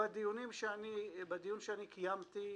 בדיון שקיימתי